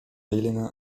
helena